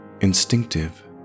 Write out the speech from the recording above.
instinctive